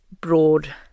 broad